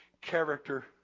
character